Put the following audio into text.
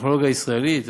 הטכנולוגיה הישראלית,